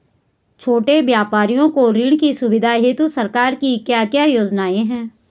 छोटे व्यापारियों को ऋण की सुविधा हेतु सरकार की क्या क्या योजनाएँ हैं?